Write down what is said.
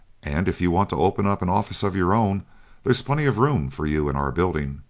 and if you want to open up an office of your own there's plenty of room for you in our building.